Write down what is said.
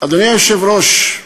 אדוני היושב-ראש,